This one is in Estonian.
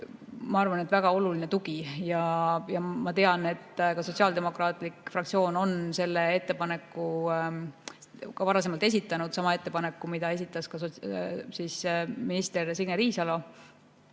ma arvan, väga oluline tugi. Ma tean, et ka sotsiaaldemokraatide fraktsioon on selle ettepaneku varasemalt esitanud – sama ettepaneku, mille esitas ka minister Signe Riisalo.